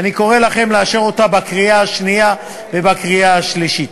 ואני קורא לכם לאשר אותה בקריאה שנייה ובקריאה שלישית.